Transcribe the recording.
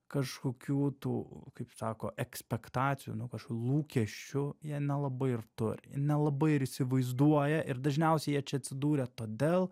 kažkokių tų kaip sako ekspektacijų nu kažkokių lūkesčių jie nelabai ir turi nelabai ir įsivaizduoja ir dažniausiai jie čia atsidūrę todėl